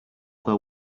their